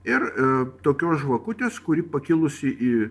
ir tokios žvakutės kuri pakilusi į